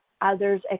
others